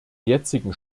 jetzigen